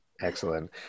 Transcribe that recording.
excellent